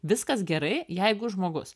viskas gerai jeigu žmogus